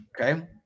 okay